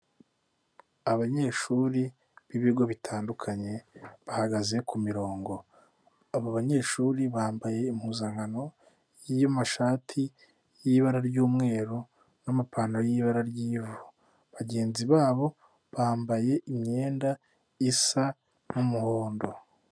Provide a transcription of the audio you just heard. Abanyeshuri b'ibigo bitandukanye bahagaze ku mirongo, abo banyeshuri bambaye impuzankano y'amashati y'ibara ry'umweru n'amapantaro y'ibara ry'ivu, bagenzi babo bambaye imyenda isa n'umuhondo.